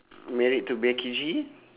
married to becky g